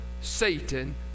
Satan